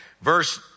Verse